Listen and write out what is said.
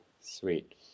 Sweet